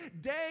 Day